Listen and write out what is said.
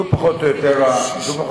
זאת פחות או יותר התשובה.